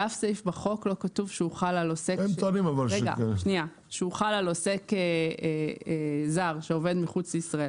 באף סעיף בחוק לא כתוב שהוא חל על עוסק זר שעובד מחוץ לישראל.